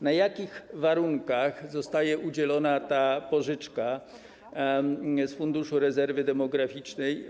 Na jakich warunkach zostanie udzielona ta pożyczka z Funduszu Rezerwy Demograficznej?